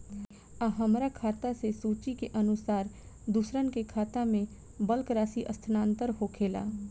आ हमरा खाता से सूची के अनुसार दूसरन के खाता में बल्क राशि स्थानान्तर होखेला?